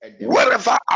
Wherever